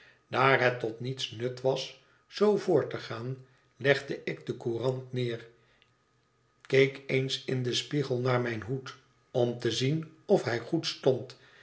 daar het tot niets nut was zoo voort te gaan legde ik de courant neer keek eens in den spiegel naar mijn hoed om te zien of hij goed stond